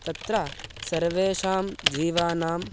तत्र सर्वेषां जीवानाम्